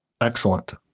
Excellent